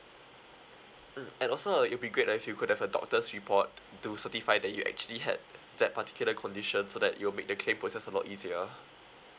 mm and also uh it'll be great that if you could have a doctor's report to certify that you actually had that particular condition so that it'll make the claim process a lot easier